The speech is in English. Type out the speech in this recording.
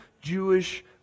Jewish